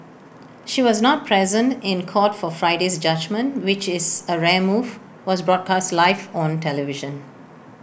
she was not present in court for Friday's judgement which is A rare move was broadcast live on television